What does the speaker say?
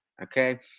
okay